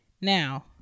now